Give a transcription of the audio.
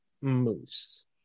moose